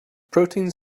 proteins